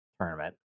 tournament